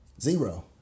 Zero